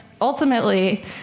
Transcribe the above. ultimately